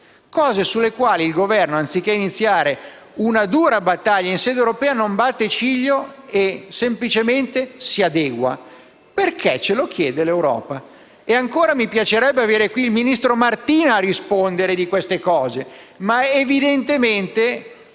cose sulle quali il Governo, anziché iniziare una dura battaglia in sede europea, non batte ciglio e semplicemente si adegua perché ce lo chiede l'Europa. Mi piacerebbe avere il ministro Martina a rispondere di queste cose, ma evidentemente